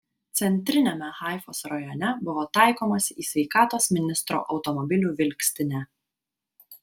centriniame haifos rajone buvo taikomasi į sveikatos ministro automobilių vilkstinę